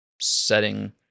setting